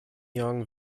young